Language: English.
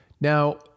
now